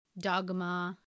dogma